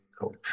coach